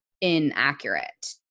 inaccurate